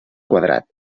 quadrat